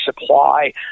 supply